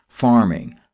farming